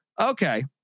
okay